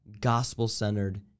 gospel-centered